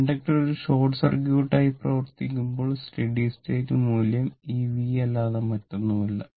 inductor ഒരു short സർക്യൂട്ടായി പ്രവർത്തിക്കുമ്പോൾ സ്റ്റഡി സ്റ്റേറ്റ് മൂല്യം ഈ v അല്ലാതെ മറ്റൊന്നുമല്ല